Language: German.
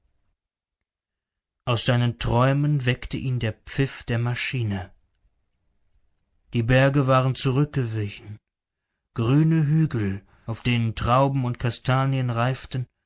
aus seinen träumen weckte ihn der pfiff der maschine die berge waren zurückgewichen grüne hügel auf denen trauben und kastanien reiften